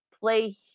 play